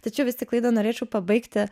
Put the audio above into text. tačiau vis tik laidą norėčiau pabaigti